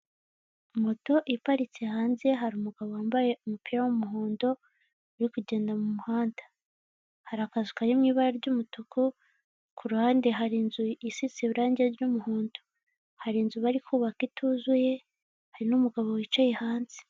Moto iparitse hanze hari umugabo wambaye umupira w'umuhondo uri kugenda mu muhanda, hari akazu kari mu ibara ry'umutuku ku ruhande hari inzu isisa irangi ry'umuhondo hari inzu bari kubaka ituzuye hari n'umugabo wicaye hanze.